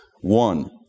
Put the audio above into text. one